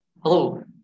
Hello